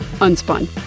Unspun